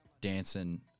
dancing